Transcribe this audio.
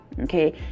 okay